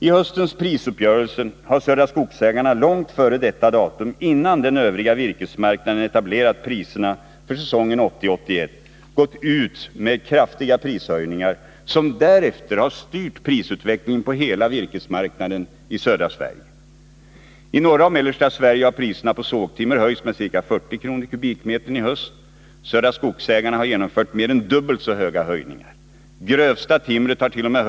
IT höstens prisuppgörelse har Södra Skogsägarna långt före detta datum och innan den övriga virkesmarknaden etablerat priserna för säsongen 1980-1981 gått ut med kraftiga prishöjningar som därefter har styrt prisutvecklingen på hela virkesmarknaden i södra Sverige. I norra och mellersta Sverige har priserna på sågtimmer höjts med ca 40 kr. per kubikmeter i höst. Södra Skogsägarna har genomfört mer än dubbelt så stora höjningar. Priset på det grövsta timret hart.o.m.